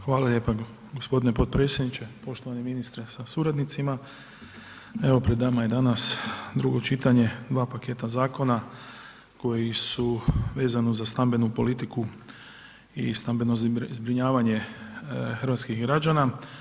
Hvala lijepa g. potpredsjedniče, poštovani ministre sa suradnicima, evo pred nama je danas drugo čitanje, dva paketa zakona koji su vezano za stambenu politiku i stambeno zbrinjavanje hrvatskih građana.